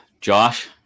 Josh